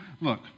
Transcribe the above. Look